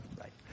right